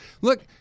look